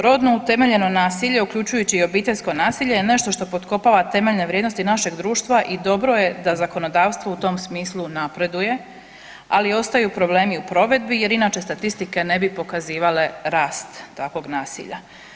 Rodno utemeljeno nasilje uključujući i obiteljsko nasilje je nešto što potkopava temeljne vrijednosti našeg društva i dobro je da zakonodavstvo u tom smislu napreduje, ali ostaju problemi u provedbi jer inače statistike ne bi pokazivale rast takvog nasilja.